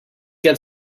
get